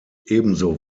ebenso